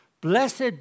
Blessed